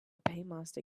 paymaster